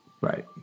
Right